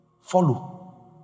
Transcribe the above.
Follow